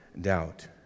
doubt